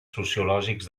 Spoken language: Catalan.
sociològics